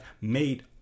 made